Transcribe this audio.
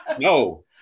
No